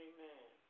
Amen